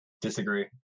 Disagree